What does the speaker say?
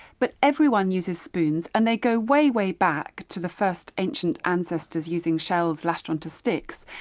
but everyone uses spoons. and they go way, way back to the first ancient ancestors using shells latched onto sticks.